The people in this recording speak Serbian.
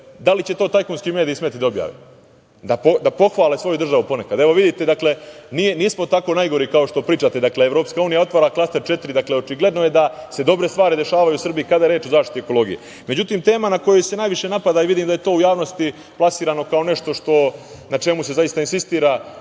da li će to tajkunski mediji smeti da objave, da pohvale svoju državu ponekad? Vidite, nismo tako najgori, kao što pričate. Evropska unija otvara klaster četiri. Očigledno je da se dobre stvari dešavaju u Srbiji kada je reč o zaštiti ekologije.Međutim, tema na kojoj se najviše napada i vidim da je to u javnosti plasirano, kao nešto na čemu se zaista insistira,